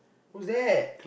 who's that